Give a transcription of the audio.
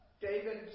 David